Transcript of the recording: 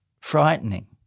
Frightening